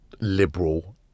liberal